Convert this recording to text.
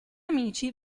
amici